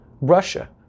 Russia